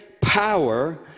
power